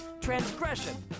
transgression